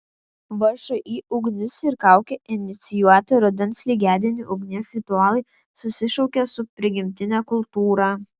všį ugnis ir kaukė inicijuoti rudens lygiadienių ugnies ritualai susišaukia su prigimtine kultūra